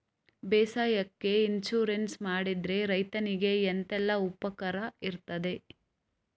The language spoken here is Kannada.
ಬೇಸಾಯಕ್ಕೆ ಇನ್ಸೂರೆನ್ಸ್ ಮಾಡಿದ್ರೆ ರೈತನಿಗೆ ಎಂತೆಲ್ಲ ಉಪಕಾರ ಇರ್ತದೆ?